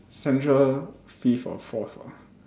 central fifth or fourth ah